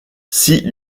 six